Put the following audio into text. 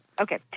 Okay